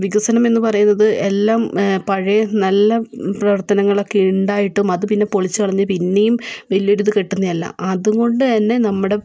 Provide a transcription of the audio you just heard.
വികസനമെന്ന് പറയുന്നത് എല്ലാം പഴയ നല്ല പ്രവർത്തനങ്ങളൊക്കെ ഉണ്ടായിട്ടും അത് പിന്നെ പൊളിച്ച് കളഞ്ഞ് പിന്നേം വലിയ ഒരിത് കെട്ടുന്നയല്ല അതുംകൊണ്ട് തന്നെ നമ്മുടെ